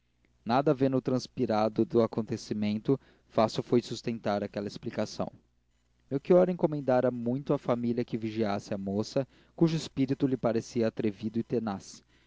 nada havendo transpirado do acontecimento fácil foi sustentar aquela explicação melchior encomendara muito à família que vigiasse a moça cujo espírito lhe parecia atrevido e tenaz